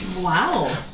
Wow